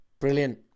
brilliant